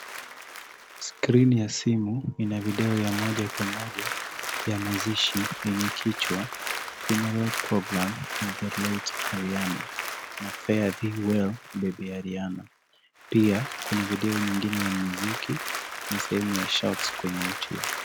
Skrini ya simu ina video ya moja kwa moja ya mazishi yenye kichwa funeral program of the late Arianna na FARE THEE WELL BABY ARIANNA . Pia kuna video nyingine yenye muziki na sehemu ya shorts kwenye